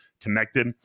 connected